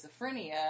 schizophrenia